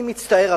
אני מצטער,